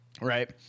Right